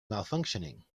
malfunctioning